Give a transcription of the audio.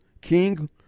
king